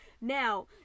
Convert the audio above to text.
Now